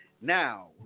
now